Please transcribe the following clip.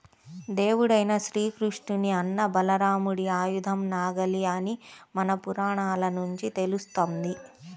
దేవుడైన శ్రీకృష్ణుని అన్న బలరాముడి ఆయుధం నాగలి అని మన పురాణాల నుంచి తెలుస్తంది